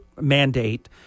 mandate